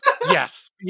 Yes